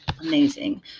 amazing